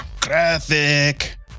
graphic